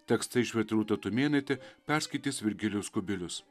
tekstą išvertė rūta tumėnaitė perskaitys virgilijus kubilius